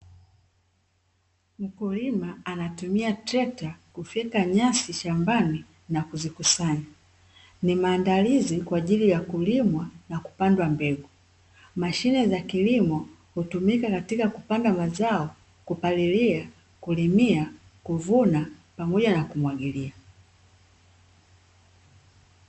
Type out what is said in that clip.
Mkulima anatumia trekta kufyeka nyasi shambani na kuzikusanya, ni maandalizi kwa ajili ya kulimwa na kupandwa mbegu. Mashine za kilimo hutumika katika kupanda mazao, kupalilia, kulimia, kuvuna pamoja na kumwagilia.